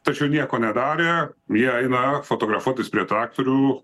tačiau nieko nedarė jie einą fotografuotis prie traktorių